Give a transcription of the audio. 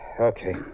Okay